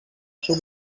suc